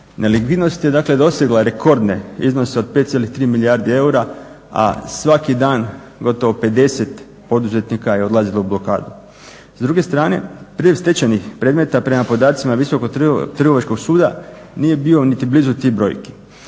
Nelikvidnost je dakle dosegla rekordne iznose od 5,3 milijarde eura a svaki dan gotovo 50 poduzetnika je odlazilo u blokadu. S druge strane priliv stečajnih predmeta prema podacima Visokog trgovačkog suda nije bio niti blizu tih brojke.